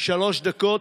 אינו נוכח,